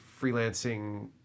freelancing